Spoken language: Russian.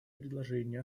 предложение